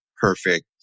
perfect